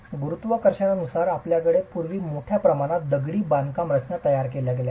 गुरुत्वाकर्षणानुसार आपल्याकडे पूर्वी मोठ्या प्रमाणात दगडी बांधकामरचना तयार केल्या आहेत